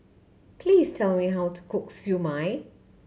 please tell me how to cook Siew Mai